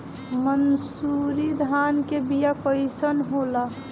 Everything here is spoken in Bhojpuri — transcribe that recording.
मनसुरी धान के बिया कईसन होला?